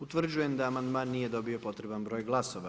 Utvrđujem da amandman nije dobio potreban broj glasova.